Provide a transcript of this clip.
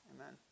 Amen